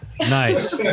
Nice